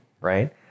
right